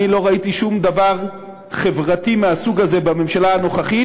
אני לא ראיתי שום דבר חברתי מהסוג הזה בממשלה הנוכחית,